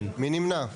מי נמנע?